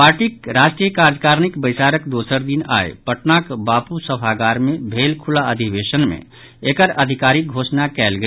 पार्टीक राष्ट्रीय कार्यकारिणीक बैसारक दोसर दिन आइ पटनाक बापू सभागार मे भेल खुला अधिवेशन मे एकर आधिकारिक घोषणा कयल गेल